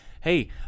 hey